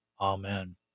Amen